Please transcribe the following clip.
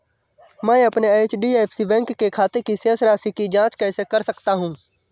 मैं अपने HDFC bank के खाते की शेष राशि की जाँच कैसे कर सकता हूँ?